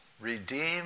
Redeem